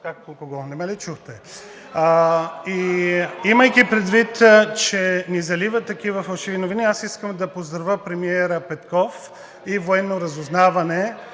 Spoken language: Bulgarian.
как към кого, не ме ли чухте? И имайки предвид, че ни заливат такива фалшиви новини, аз искам да поздравя премиера Петков и Военното разузнаване